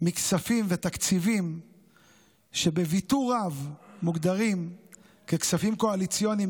מכספים ותקציבים שבוויתור רב מוגדרים ככספים קואליציוניים,